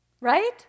Right